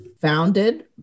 founded